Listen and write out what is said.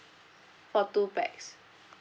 for two pax